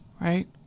right